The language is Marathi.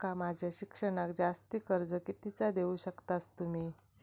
माका माझा शिक्षणाक जास्ती कर्ज कितीचा देऊ शकतास तुम्ही?